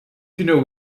kunnen